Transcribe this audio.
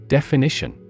Definition